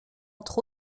entre